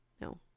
No